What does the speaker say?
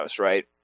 right